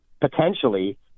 potentially